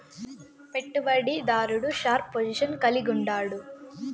పెట్టుబడి దారుడు sharp position కలిగుండాడు